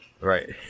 Right